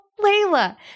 layla